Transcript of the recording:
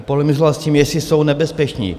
On polemizoval s tím, jestli jsou nebezpeční.